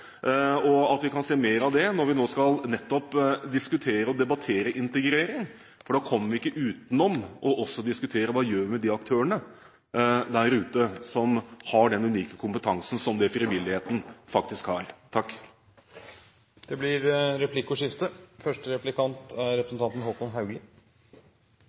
og at vi kan se mer av det når vi skal diskutere og debattere integrering. Da kommer vi ikke utenom å diskutere: Hva gjør vi med de aktørene der ute som har den unike kompetansen som frivilligheten faktisk har? Det blir replikkordskifte.